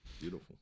beautiful